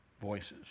voices